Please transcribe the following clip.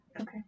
Okay